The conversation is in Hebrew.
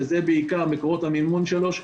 וזה בעיקר מקורות המימון שלו.